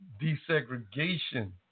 desegregation